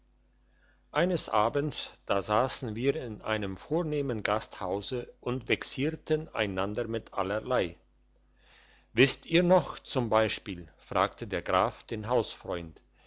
eines abends da sassen wir in einem vornehmen gasthause und vexierten einander mit allerlei wisst ihr noch zum beispiel fragte der graf den hausfreund